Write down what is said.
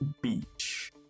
beach